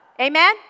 Amen